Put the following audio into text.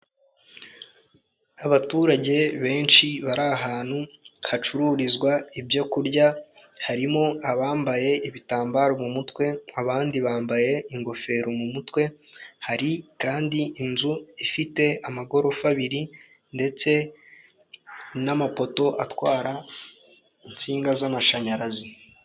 Abaturage benshi bari ahantu hacururizwa ibyo kurya, harimo abambaye ibitambaro mu mutwe, abandi bambaye ingofero mu mutwe, hari kandi inzu ifite amagorofa abiri ndetse n'amapoto atwara insinga z'amashanyarazi.